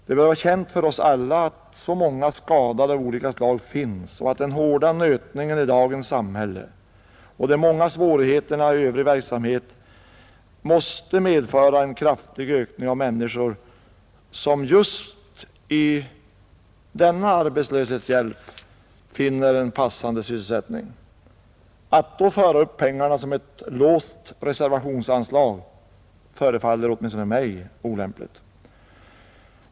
Det bör vara känt för oss alla att det finns många skadade av olika slag och att den hårda nötningen i dagens samhälle och de många svårigheterna i övrig verksamhet måste medföra en kraftig ökning av antalet människor som just genom denna arbetslöshetshjälp kan beredas en passande sysselsättning. Att då föra upp pengarna som ett låst reservationsanslag förefaller åtminstone mig olämpligt.